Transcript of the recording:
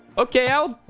okay. i'll